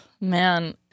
man